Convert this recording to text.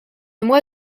moi